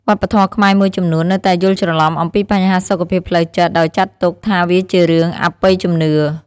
វប្បធម៌ខ្មែរមួយចំនួននៅតែយល់ច្រឡំអំពីបញ្ហាសុខភាពផ្លូវចិត្តដោយចាត់ទុកថាវាជារឿងអបិយជំនឿ។